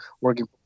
working